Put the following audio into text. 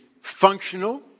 functional